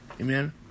Amen